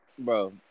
Bro